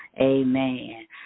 Amen